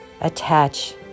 attach